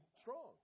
strong